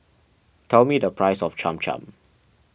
tell me the price of Cham Cham